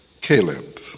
Caleb